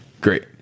Great